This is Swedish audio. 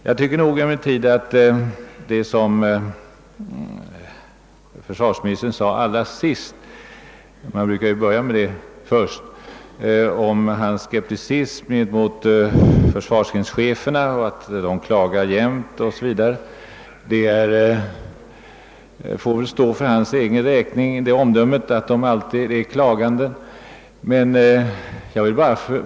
Jag tycker emellertid att det som försvarsministern yttrade allra sist — man brukar ju börja med det sist sagda — om sin skepticism mot försvarsgrenscheferna därför att de alltid klagar över otillräckliga anslag o.s.v. bör få stå för hans egen räkning, åtminstone vad beträffar omdömet att de klagar jämt.